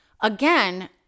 again